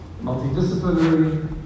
multidisciplinary